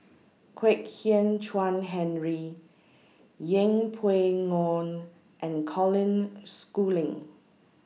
Kwek Hian Chuan Henry Yeng Pway Ngon and Colin Schooling